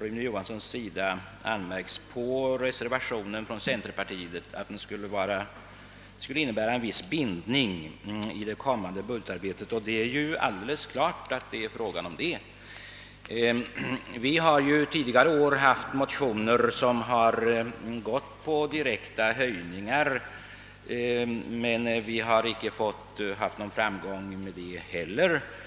Johansson i Norrköping har beträffande reservationen från centerpartiet anmärkt att den skulle innebära en viss bindning av det kommande budgetarbetet. Det är alldeles klart att det är fråga om det. Vi har ju tidigare år väckt motioner om direkta höjningar av anslagen, men vi har inte haft någon framgång med dem.